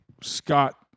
Scott